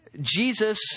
Jesus